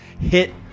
hit